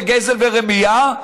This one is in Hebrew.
בגזל ורמייה,